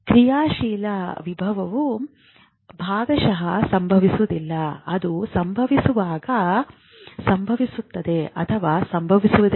ಕ್ರಿಯಾಶೀಲ ವಿಭವವು ಭಾಗಶಃ ಸಂಭವಿಸುವುದಿಲ್ಲ ಅದು ಸಂಪೂರ್ಣವಾಗಿ ಸಂಭವಿಸುತ್ತದೆ ಅಥವಾ ಸಂಭವಿಸುವುದಿಲ್ಲ